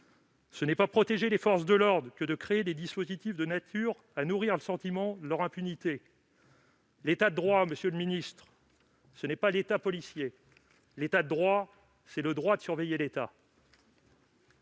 On ne protégera pas les forces de l'ordre en créant des dispositifs de nature à nourrir le sentiment de leur impunité. L'État de droit, monsieur le ministre, ce n'est pas l'État policier. L'État de droit, c'est le droit de surveiller l'État.